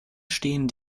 stehen